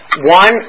One